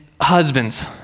husbands